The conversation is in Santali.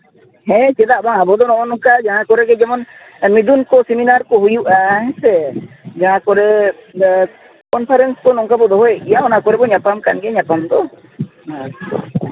ᱦᱮᱸ ᱪᱮᱫᱟᱜ ᱵᱟᱝ ᱟᱵᱚ ᱫᱚ ᱱᱚᱜᱼᱚᱭ ᱱᱚᱝᱠᱟ ᱡᱟᱦᱟᱸ ᱠᱚᱨᱮ ᱫᱚ ᱡᱮᱢᱚᱱ ᱢᱤᱫᱩᱱ ᱠᱚ ᱥᱮᱢᱤᱱᱟᱨ ᱠᱚ ᱦᱩᱭᱩᱜᱼᱟ ᱦᱮᱸ ᱥᱮ ᱡᱟᱦᱟᱸ ᱠᱚᱨᱮᱫ ᱠᱚᱱᱯᱷᱟᱨᱮᱱᱥ ᱠᱚ ᱱᱚᱝᱠᱟ ᱵᱚᱱ ᱫᱚᱦᱚᱭᱮᱫ ᱜᱮᱭᱟ ᱚᱱᱟ ᱠᱚᱨᱮ ᱵᱚᱱ ᱧᱟᱯᱟᱢ ᱠᱟᱱ ᱜᱮᱭᱟ ᱧᱟᱯᱟᱢ ᱫᱚ ᱟᱨ